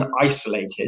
isolated